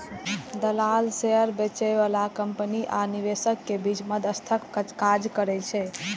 दलाल शेयर बेचय बला कंपनी आ निवेशक के बीच मध्यस्थक काज करै छै